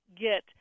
get